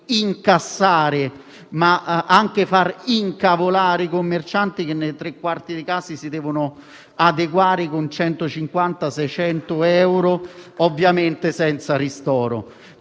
incassare, ma anche di far arrabbiare i commercianti che, nei tre quarti dei casi, devono adeguarsi con 150 o 600 euro, ovviamente senza ristoro. Per